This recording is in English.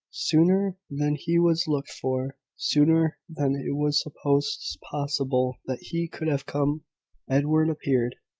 sooner than he was looked for sooner than it was supposed possible that he could have come edward appeared.